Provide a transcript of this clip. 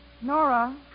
Nora